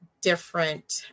different